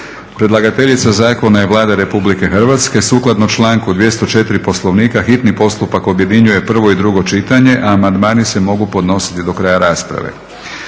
Predlagateljica zakona je Vlada Republike Hrvatske. Sukladno članku 204. Poslovnika hitni postupak objedinjuje prvo i drugo čitanje. Amandmani se mogu podnositi do kraja rasprave.